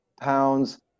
pounds